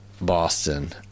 Boston